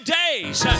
days